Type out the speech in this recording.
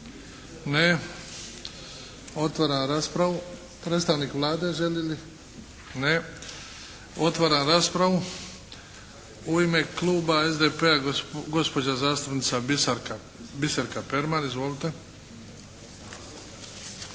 Ne. Otvaram raspravu. Predstavnik Vlade želi li? Ne. Otvaram raspravu. U ime kluba SDP-a gospođa zastupnica Biserka Perman. Izvolite.